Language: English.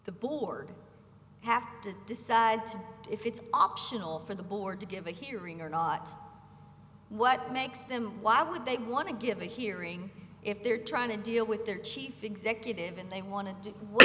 the board have to decide if it's optional for the board to give a hearing or not what makes them why would they want to give a hearing if they're trying to deal with their chief executive and they wanted to